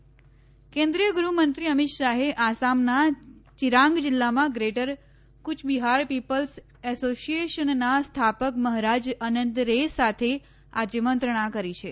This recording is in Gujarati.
અમીત શાહ આસામ કેન્રીતિયગૃહમંત્રી અમીત શાહે આસામનાં ચિરાંગ જિલ્લામાં ગ્રેટર કુચબિહાર પીપલ્સ એસોસીએશનનાં સ્થાપક મહારાજ અનંત રે સાથે આજે મંત્રણા કરી છે